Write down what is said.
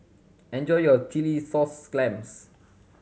enjoy your chilli sauce clams